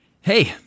Hey